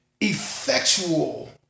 effectual